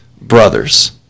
brothers